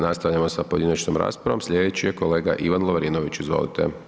Nastavljamo sa pojedinačnom raspravom, slijedeći je kolega Ivan Lovrinović, izvolite.